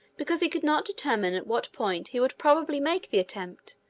because he could not determine at what point he would probably make the attempt,